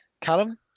Callum